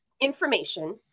information